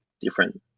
different